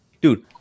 dude